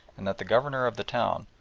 and that the governor of the town,